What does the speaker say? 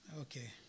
Okay